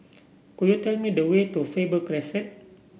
could you tell me the way to Faber Crescent